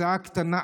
הצעה קטנה,